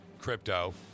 crypto